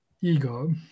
ego